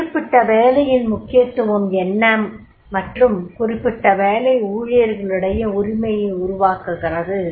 குறிப்பிட்ட வேலையின் முக்கியத்துவம் என்ன மற்றும் குறிப்பிட்ட வேலை ஊழியர்களிடையே உரிமையை உருவாக்குகிறது